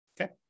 Okay